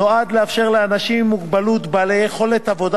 נועד לאפשר לאנשים עם מוגבלות בעלי יכולת עבודה